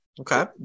Okay